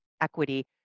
equity